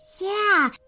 Yeah